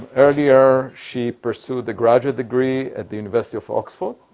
earlier, she pursued the graduate degree at the university of oxford,